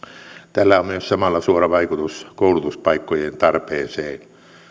tällä on myös samalla suora vaikutus koulutuspaikkojen tarpeeseen